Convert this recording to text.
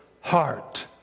heart